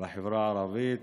בחברה הערבית